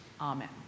Amen